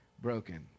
broken